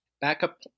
backup